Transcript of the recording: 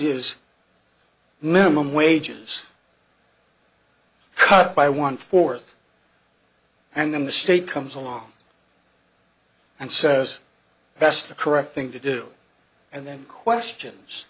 his minimum wages cut by one fourth and then the state comes along and says that's the correct thing to do and then questions